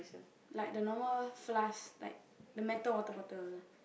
like the normal flask like the metal water bottle